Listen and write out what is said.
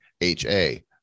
ha